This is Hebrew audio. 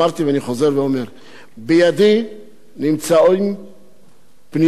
בידי נמצאות פניות רבות מאסירים.